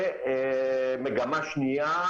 מגמה שניה,